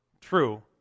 True